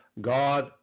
God